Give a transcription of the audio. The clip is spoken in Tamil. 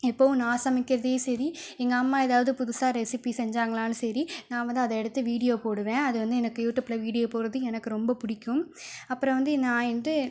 இப்பவும் நான் சமைக்கிறதையும் சரி எங்கள் அம்மா எதாவது புதுசாக ரெசிபி செஞ்சாங்கனாலும் சரி நான் வந்து அதை எடுத்து வீடியோ போடுவேன் அது வந்து எனக்கு யூடியூபில் வீடியோ போடுறது எனக்கு ரொம்ப பிடிக்கும் அப்புறம் வந்து நான் வந்து